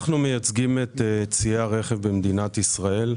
אנחנו מייצגים את ציי הרכב במדינת ישראל,